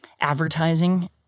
advertising